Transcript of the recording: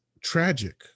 tragic